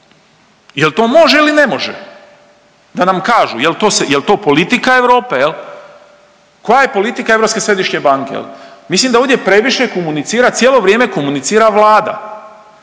Jel to može ili ne može da nam kažu jel to politika Europe, koja je politika Europske središnje banke? Mislim da ovdje previše komunicira cijelo vrijeme komunicira vlada.